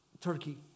Turkey